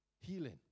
Healing